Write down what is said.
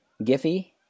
Giphy